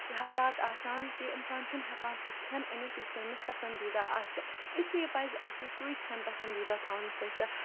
حالات آسان کہِ اِنسان چھُنہٕ ہیٚکان سُہ کھیٚن أنِتھ یُس تٔمِس پَسَندیٖدہ آسہِ اِسلیے پَزِ اَسہِ سۄے کھیٚن پَسَندیٖدہ تھاوُن یُس اَسہِ